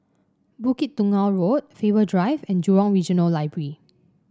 Bukit Tunggal Road Faber Drive and Jurong Regional Library